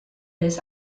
this